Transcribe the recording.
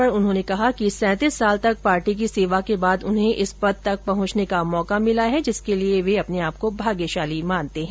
इस अवसर पर श्री पूनिया ने कहा कि सैंतीस साल तक पार्टी की सेवा के बाद उन्हें इस पद तक पहुँचने का मौका मिला है जिसके लिये वे अपने आप को भाग्यशाली मानते हैं